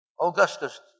Augustus